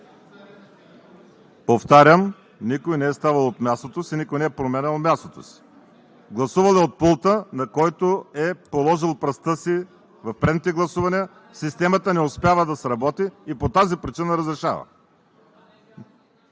Повтарям, никой не е ставал от мястото си, никой не е променял мястото си. Гласувал е от пулта, на който е положил пръста си в предните гласувания. Системата не успява да сработи и по тази причина разрешава.